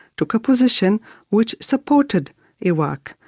took a position which supported iraq,